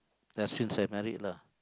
ya since I married lah